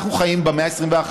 אנחנו חיים במאה ה-21,